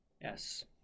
Yes